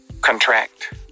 contract